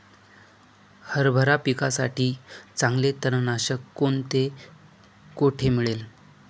हरभरा पिकासाठी चांगले तणनाशक कोणते, कोठे मिळेल?